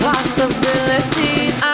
Possibilities